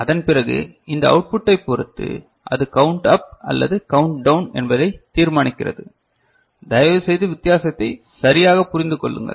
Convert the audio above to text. அதன்பிறகு இந்த அவுட் புட்டை பொறுத்து அது கவுண்ட் அப் அல்லது கவுண்ட் டவுன் என்பதை தீர்மானிக்கிறது தயவுசெய்து வித்தியாசத்தை சரியாக புரிந்து கொள்ளுங்கள்